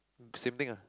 same thing ah